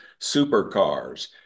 supercars